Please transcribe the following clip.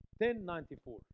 1094